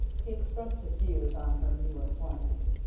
he expressed his views on her new employment.